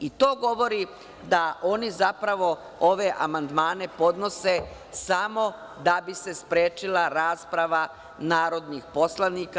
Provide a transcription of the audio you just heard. I to govori da oni zapravo ove amandmane podnose samo da bi se sprečila rasprava narodnih poslanika.